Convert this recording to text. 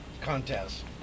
contest